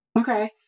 Okay